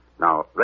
Now